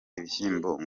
ibishyimbo